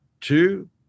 two